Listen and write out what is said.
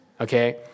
okay